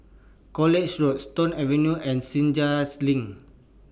College Road Stone Avenue and Senja's LINK